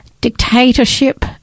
dictatorship